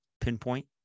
pinpoint